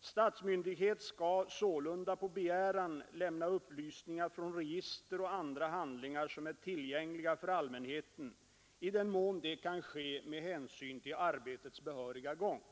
Statsmyndighet skall sålunda på begäran lämna upplysningar från register och andra handlingar som är tillgängliga för allmänheten, i den mån det kan ske med hänsyn till arbetets behöriga gång.